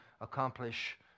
accomplish